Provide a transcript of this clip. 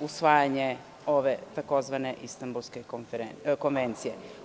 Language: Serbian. usvajanje ove tzv. Istanbulske konvencije.